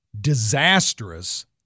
disastrous